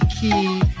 key